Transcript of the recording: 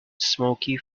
smoky